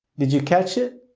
did you catch it?